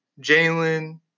Jalen